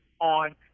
on